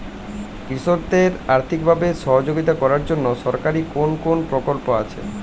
কৃষকদের আর্থিকভাবে সহযোগিতা করার জন্য সরকারি কোন কোন প্রকল্প আছে?